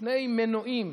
שני מנועים,